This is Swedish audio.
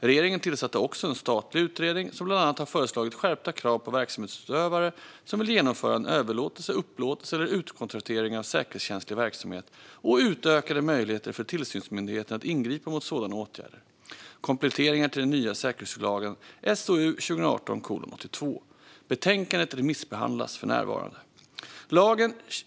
Regeringen tillsatte också en statlig utredning, som bland annat har föreslagit skärpta krav på verksamhetsutövare som vill genomföra en överlåtelse, upplåtelse eller utkontraktering av säkerhetskänslig verksamhet och utökade möjligheter för tillsynsmyndigheterna att ingripa mot sådana åtgärder: Kompletteringar till den nya säkerhetsskyddslagen , SOU 2018:82. Betänkandet remissbehandlas för närvarande.